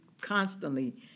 constantly